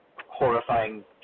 horrifying